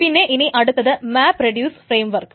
പിന്നെ ഇനി അടുത്തത് മാപ്പ് റെഡ്യൂസ്ഫ്രെയിംവർക്ക്